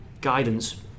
guidance